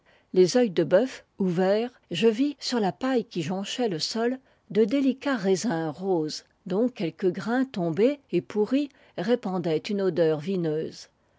les œils de bœuf ouverts je vis sur la paille qui jonchait le sol de délicats raisins roses dont quelques grains tombés et pourris répandaient une senteur vineuse